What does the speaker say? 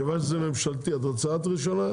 מכיוון שזה ממשלתי, את רוצה את ראשונה?